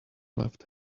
left